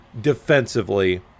defensively